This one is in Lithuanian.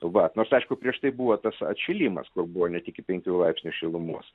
va nors aišku prieš tai buvo tas atšilimas kur buvo net iki penkių laipsnių šilumos